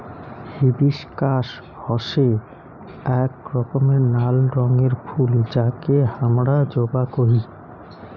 hibiscus হসে আক রকমের নাল রঙের ফুল যাকে হামরা জবা কোহি